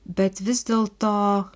bet vis dėlto